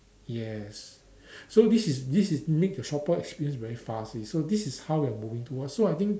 yes so this is this is makes the shopper experience very fast so this is how we are moving towards so I think